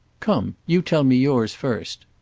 come you tell me yours first.